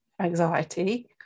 anxiety